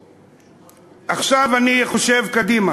עכשיו, אני חושב קדימה.